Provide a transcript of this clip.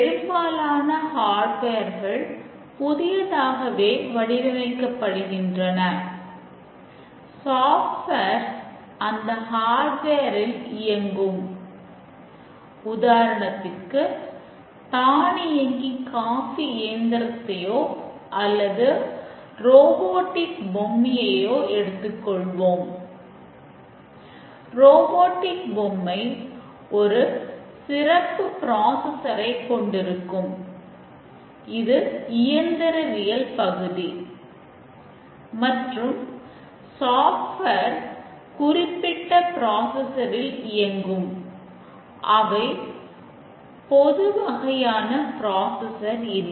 பெரும்பாலான ஹார்டுவேர்கள் இல்லை